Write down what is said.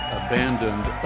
abandoned